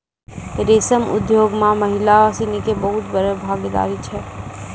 रेशम उद्योग मॅ महिला सिनि के भी बहुत बड़ो भागीदारी छै